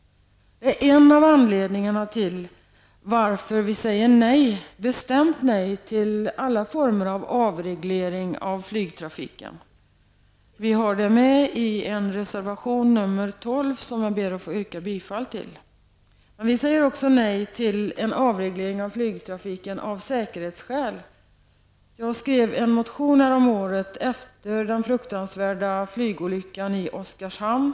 Det är en av anledningarna till att vi säger bestämt nej till alla former av avreglering av flygtrafiken. Detta framgår av reservation nr 12, som jag härmed yrkar bifall till. Även av säkerhetsskäl säger vi nej till en avreglering av flygtrafiken. Häromåret väckte jag en motion i det här sammanhanget. Jag väckte motionen efter den fruktansvärda flygolyckan i Oskarshamn.